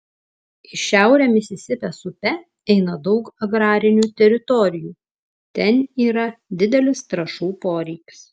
į šiaurę misisipės upe eina daug agrarinių teritorijų ten yra didelis trąšų poreikis